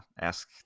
Ask